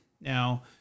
Now